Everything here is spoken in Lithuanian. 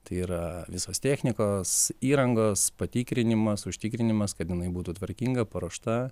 tai yra visos technikos įrangos patikrinimas užtikrinimas kad jinai būtų tvarkinga paruošta